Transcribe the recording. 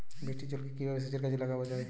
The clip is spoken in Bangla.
বৃষ্টির জলকে কিভাবে সেচের কাজে লাগানো য়ায়?